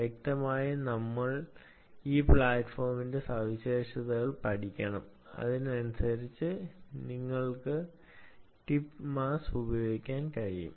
വ്യക്തമായും നമ്മൾ ഈ പ്ലാറ്റ്ഫോമിന്റെ സവിശേഷതകൾ പഠിക്കണം അതിനനുസരിച്ച് നിങ്ങൾക്ക് ടിപ്പ് മാസ്സ് പ്രയോഗിക്കാൻ കഴിയും